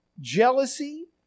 jealousy